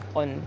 on